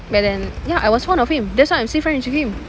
back then ya I was fond of him that's why I'm still friends with him